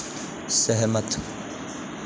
सैह्मत